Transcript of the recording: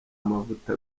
mavuta